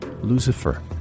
Lucifer